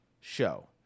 show